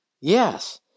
Yes